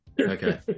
Okay